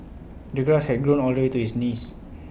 the grass had grown all the way to his knees